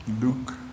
Luke